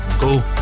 Go